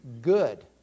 good